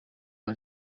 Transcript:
aba